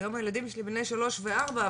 היום הילדים שלי בני שלוש וארבע,